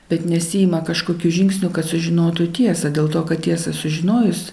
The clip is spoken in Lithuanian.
bet nesiima kažkokių žingsnių kad sužinotų tiesą dėl to kad tiesą sužinojus